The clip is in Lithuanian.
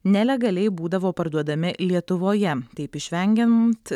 nelegaliai būdavo parduodami lietuvoje taip išvengiant